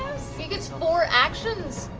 he gets four actions?